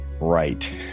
Right